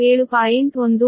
11 7